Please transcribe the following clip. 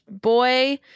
boy